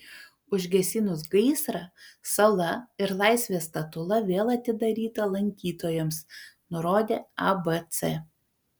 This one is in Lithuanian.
užgesinus gaisrą sala ir laisvės statula vėl atidaryta lankytojams nurodė abc